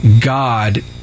God